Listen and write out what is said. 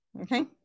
okay